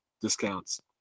discounts